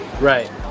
Right